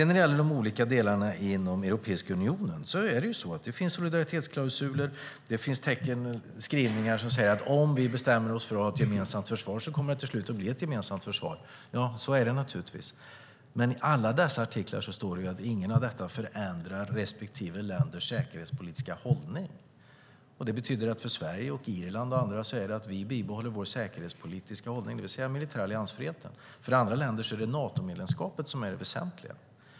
När det gäller de olika delarna inom Europeiska unionen finns det solidaritetsklausuler och skrivningar som säger att om vi bestämmer oss för att ha ett gemensamt försvar kommer det till slut att bli ett gemensamt försvar. Så är det naturligtvis. Men i alla dessa artiklar står att inget av detta förändrar respektive länders säkerhetspolitiska hållning. Det betyder för Sverige, Irland och andra att vi bibehåller vår säkerhetspolitiska hållning, det vill säga den militära alliansfriheten. För andra länder är det Natomedlemskapet som är det väsentliga.